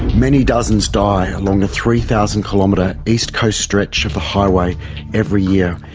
many dozens die along the three thousand kilometre east coast stretch of the highway every year,